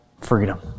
freedom